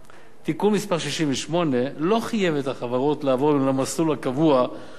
תיקון מס' 68 לא חייב את החברות לעבור למסלול הקבוע בו,